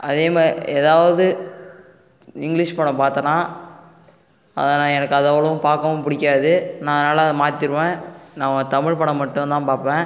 அதேமா ஏதாவது இங்கிலிஷ் படம் பார்த்தன்னா அதெல்லாம் எனக்கு அது அவ்வளோவும் பார்க்கவும் பிடிக்காது நான் அதனால் அதை மாற்றிருவேன் நான் தமிழ் படம் மட்டுந்தான் பார்ப்பேன்